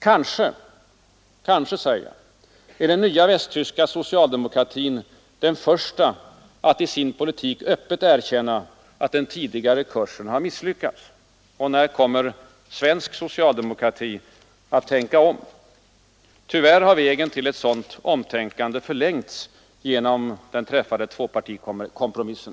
Kanske — jag säger kanske — är den nya västtyska socialdemokratin den första att i sin politik öppet erkänna att den tidigare kursen misslyckats. När kommer svensk socialdemokrati att tänka om? Tyvärr har vägen till ett sådant omtänkande förlängts genom den träffade tvåpartikompromissen.